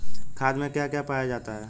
खाद में क्या पाया जाता है?